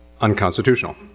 unconstitutional